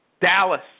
Dallas